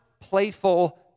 playful